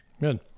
Good